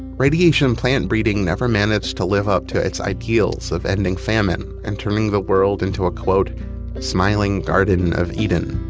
radiation plant breeding never managed to live up to its ideals of ending famine and turning the world into ah a smiling garden of eden.